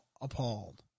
appalled